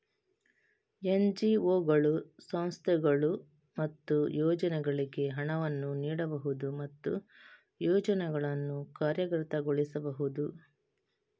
ಎನ್.ಜಿ.ಒಗಳು, ಸಂಸ್ಥೆಗಳು ಮತ್ತು ಯೋಜನೆಗಳಿಗೆ ಹಣವನ್ನು ನೀಡಬಹುದು ಮತ್ತು ಯೋಜನೆಗಳನ್ನು ಕಾರ್ಯಗತಗೊಳಿಸಬಹುದು